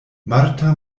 marta